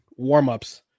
warmups